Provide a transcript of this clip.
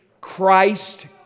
Christ